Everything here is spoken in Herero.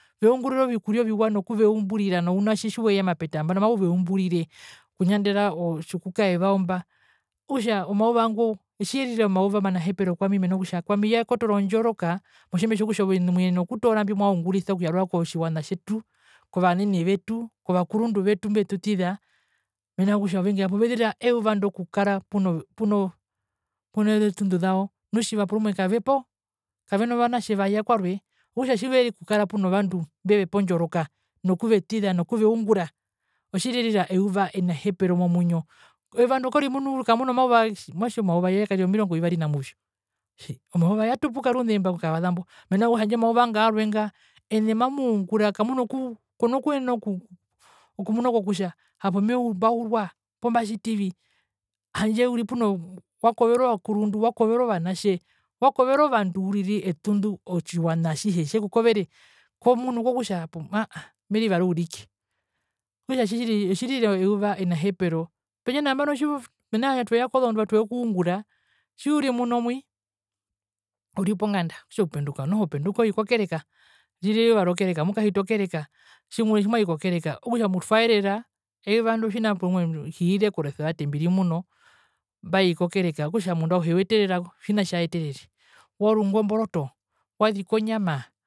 Okuveungurira ovikuria oviwa nokuveimburira nu ounatje tjiweya mapeta nambano mauveumburira no kunyandera oo tjikukae vao mba okutja omauva ngo otjiyerira omauva omanahepero kwami mena rokutja kwami yekotoora ondjoroka motjimbetjokutja enene muyenena okutoora mbimwaungurisa okuyarura kotjiwana tjetu kovanene vetu kovakurundu vetu mbetutiza mena rokutja ovengi vapo vezera euva ndo okukara po puno pune vetundu rao nu tjiva rumwe kavepo kavena vanatje vaya kware okutja tjekukara puno vandu mbevepa ondjoroka nokuvetiza nokuveungura otjirira euva enahepero momwinyo euva ndo korimunu ukamuna omauva tji mwatje omauva yakarira omirongo vivari namuvyu omauva yatupuka rune okuvasa mbo mena rokutja handje omauva ngo warwe nga ene mamungura kamunaku kona kuyenena okumuna kokutja hapo mbaurwa poo mbatjitivi handje uri puno wakoverwa ovakurundu wakoverwa ovanatje wakoverwa ovandu uriri etundu otjiwana atjihe tjekukovere komunu kokutja hapo haaaa merivara ourike okutja tjiri tjiri otjirira euva enahepero pendje nambano tjiu mena rokutja tweya kozondwa twekungura tjiuri munomwi uri ponganda okutja upenduka noho openduka oi kokereka ririre eyuva rokereka amukahita okereka tjimwa tjimwai kokereka okutja mutwaerera eyuvando tjina porumwe hiire koresevate mbiri muno mbai kokereka okutja omundu auhe uyeterera otjina tjaeterere warungu omboroto waziki onyama.